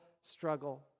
struggle